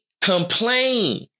complain